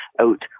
out